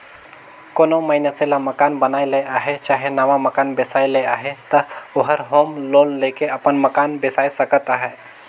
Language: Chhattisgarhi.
कोनो मइनसे ल मकान बनाए ले अहे चहे नावा मकान बेसाए ले अहे ता ओहर होम लोन लेके अपन मकान बेसाए सकत अहे